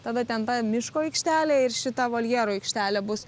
tada ten ta miško aikštelėje ir šita voljero aikštelė bus